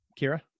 Kira